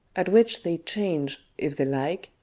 at which they change, if they like,